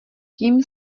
tím